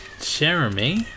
Jeremy